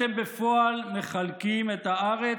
אתם בפועל מחלקים את הארץ,